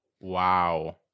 wow